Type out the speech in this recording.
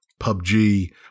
PUBG